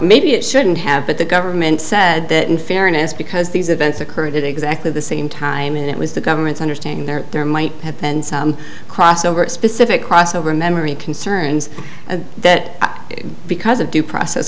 maybe it shouldn't have but the government said that in fairness because these events occurred exactly the same time and it was the government's understanding that there might have been some crossover specific crossover memory concerns that because of due process